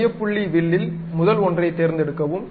மைய புள்ளி வில்லில் முதல் ஒன்றைத் தேர்ந்தெடுக்கவும்